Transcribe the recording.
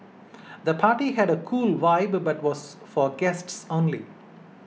the party had a cool vibe but was for guests only